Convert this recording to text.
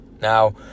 Now